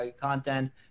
content